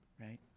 right